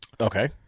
Okay